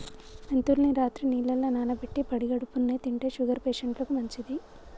మెంతుల్ని రాత్రి నీళ్లల్ల నానబెట్టి పడిగడుపున్నె తింటే షుగర్ పేషంట్లకు మంచిది